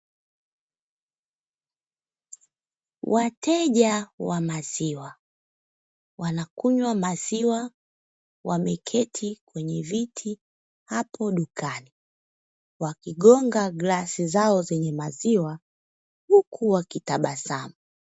Wateja wa maziwa wanakunywa maziwa wameketi kwenye viti hapo dukani, wakigonga glasi zao zenye maziwa huku wakitabasamu.